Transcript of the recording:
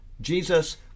jesus